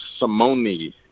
simoni